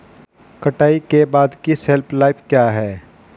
कटाई के बाद की शेल्फ लाइफ क्या है?